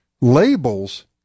Labels